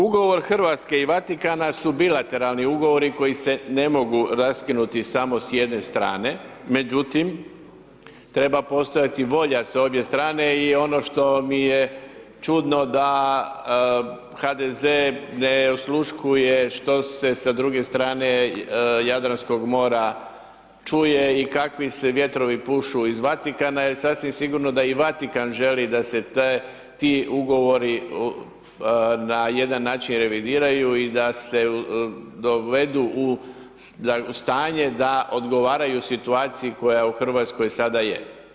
Ugovor Hrvatske i Vatikana su bilateralni ugovori koji se ne mogu raskinuti samo s jedene strane, međutim, treba postojati volja s obje strane i ono što mi je čudno, da HDZ ne osluškuje što se s druge strane Jadranskog mora čuje i kakvi sve vjetrovi pušu iz Vatikana, jer sasvim sigurno da i Vatikan želi da se ti ugovori na jedan način revidiraju i da se dovedu u stanje da odgovaraju situaciji koja u Hrvatskoj sada je.